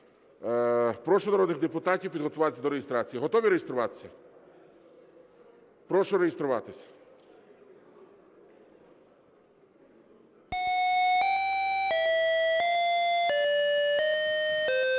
Прошу народних депутатів підготуватися до реєстрації. Готові реєструватися? Прошу реєструватися.